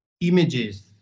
images